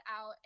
out